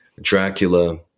Dracula